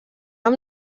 amb